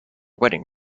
wedding